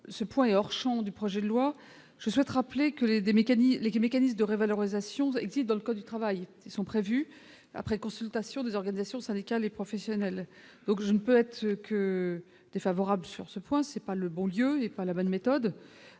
ce point est hors champ du projet de loi, je souhaite rappeler que les mécanismes de revalorisation existent dans le code du travail. Ils sont prévus après consultation des organisations syndicales et professionnelles. Je ne puis donc qu'être défavorable à cet amendement. Ce n'est pas le bon lieu ni la bonne méthode.